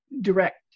direct